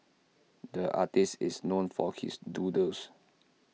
the artist is known for his doodles